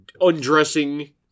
undressing